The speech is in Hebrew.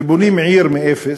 שבונים עיר מאפס.